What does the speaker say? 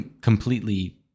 completely